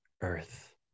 earth